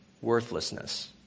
worthlessness